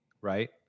right